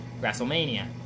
Wrestlemania